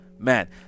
Man